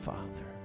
Father